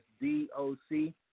D-O-C